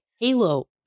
halo